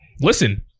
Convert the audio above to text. Listen